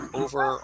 over